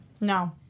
No